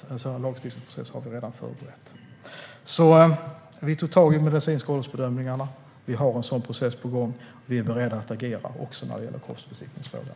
En sådan lagstiftningsprocess har vi redan förberett. Vi tog tag i de medicinska åldersbedömningarna, vi har en process på gång och vi är beredda att agera också när det gäller kroppsbesiktningsfrågan.